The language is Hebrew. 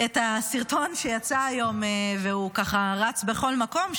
את הסרטון שיצא היום ורץ בכל מקום,